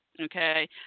Okay